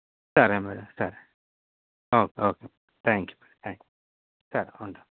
సరే మేడం సరే okay okay thank you thanks సరే ఉంటాను